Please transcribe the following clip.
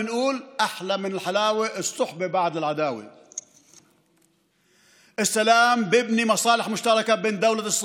בין ראש ממשלת ישראל בנימין נתניהו לנשיא מדינת איחוד האמירויות השייח'